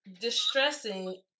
distressing